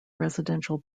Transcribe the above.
residential